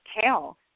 kale